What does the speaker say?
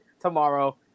tomorrow